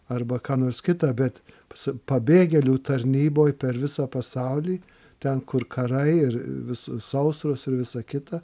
arba ką nors kitą bet su pabėgėlių tarnyboj per visą pasaulį ten kur karai ir vis sausros ir visa kita